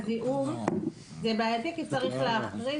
זה לא כתוב.